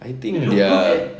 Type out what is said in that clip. I think their